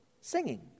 singing